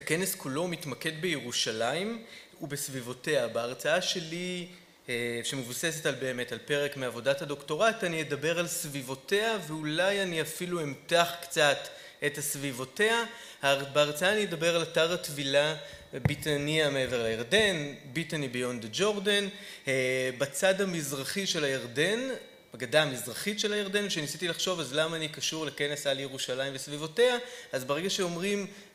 הכנס כולו מתמקד בירושלים ובסביבותיה. בהרצאה שלי, שמבוססת באמת על פרק מעבודת הדוקטורט, אני אדבר על סביבותיה, ואולי אני אפילו אמתח קצת את הסביבותיה. בהרצאה אני אדבר על אתר הטבילה ביטניה המעבר לירדן, ביטני ביונד דה ג'ורדן, בצד המזרחי של הירדן, בגדה המזרחית של הירדן, כשניסיתי לחשוב אז למה אני קשור לכנס על ירושלים וסביבותיה, אז ברגע שאומרים...